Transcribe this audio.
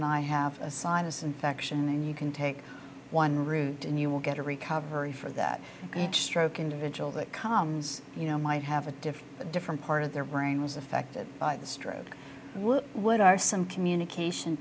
and i have a sinus infection and you can take one route and you will get a recovery for that each stroke individual that comes you know might have a different a different part of their brain was affected by the stroke what are some communication